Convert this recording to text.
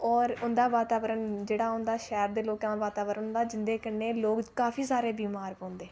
होर उं'दा जेह्ड़ा वातावरण होंदा शैह्र दा लोकें दा वातावरण होंदा जिं'दे कन्नै लोग काफी सारे बमार पौंदे